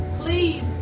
Please